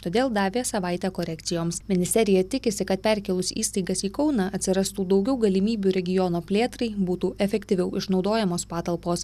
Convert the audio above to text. todėl davė savaitę korekcijoms ministerija tikisi kad perkėlus įstaigas į kauną atsirastų daugiau galimybių regiono plėtrai būtų efektyviau išnaudojamos patalpos